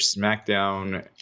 Smackdown